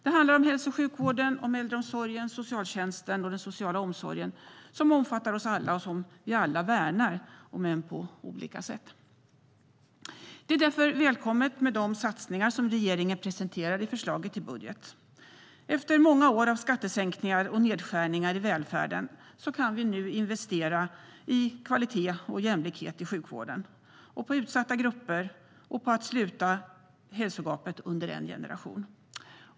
Det handlar om hälso och sjukvården, äldreomsorgen, socialtjänsten och den sociala omsorgen, som omfattar oss alla och som vi alla värnar, om än på olika sätt. Det är därför välkommet med de satsningar som regeringen presenterar i förslaget till budget. Efter många år av skattesänkningar och nedskärningar i välfärden kan vi nu investera i kvalitet och jämlikhet inom sjukvården, i utsatta grupper och i att sluta hälsogapet under en generation.